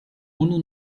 unu